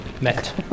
met